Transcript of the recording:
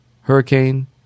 hurricane